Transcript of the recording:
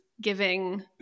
giving